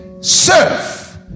serve